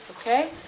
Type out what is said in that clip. okay